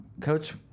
Coach